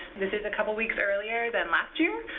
this is a couple weeks earlier than last year,